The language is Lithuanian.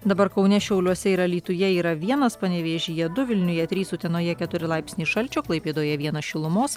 dabar kaune šiauliuose ir alytuje yra vienas panevėžyje du vilniuje trys utenoje keturi laipsniai šalčio klaipėdoje vienas šilumos